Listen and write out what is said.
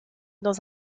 dans